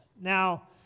Now